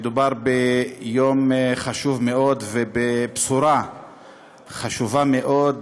מדובר ביום חשוב מאוד ובבשורה חשובה מאוד